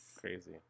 Crazy